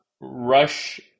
rush